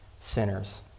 sinners